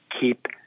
keep